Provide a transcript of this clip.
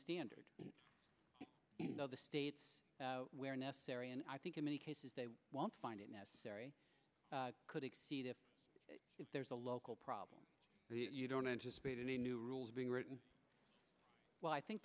standard you know the states where necessary and i think in many cases they won't find it necessary could exceed it if there's a local problem you don't anticipate any new rules being written i think